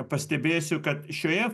pastebėsiu kad šioje